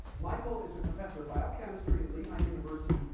michael is a professor of biochemistry at lehigh university.